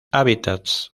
hábitats